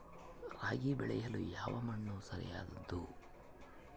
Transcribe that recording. ರಾಗಿ ಬೆಳೆಯಲು ಯಾವ ಮಣ್ಣು ಸರಿಯಾದದ್ದು?